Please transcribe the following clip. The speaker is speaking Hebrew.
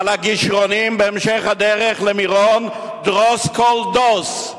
ועל הגשרונים בהמשך הדרך למירון: "דרוס כל דוס",